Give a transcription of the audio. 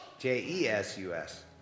J-E-S-U-S